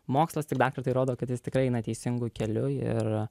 mokslas tik dar kartą įrodo kad jis tikrai eina teisingu keliu ir